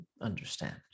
understand